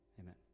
Amen